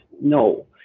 no